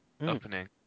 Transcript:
opening